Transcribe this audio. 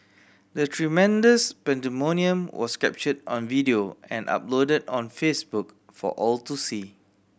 the tremendous pandemonium was captured on video and uploaded on Facebook for all to see